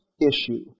issue